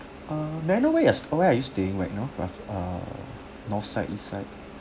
err may I know where you're where are you staying right now roughly err north side east side